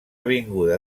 avinguda